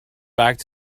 back